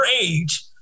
age